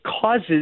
causes